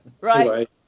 right